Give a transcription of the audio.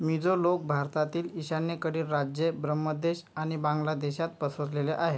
मिझो लोक भारतातील ईशान्येकडील राज्ये ब्रह्मदेश आणि बांग्ला देशात पसरलेले आहेत